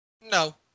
No